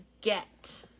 Get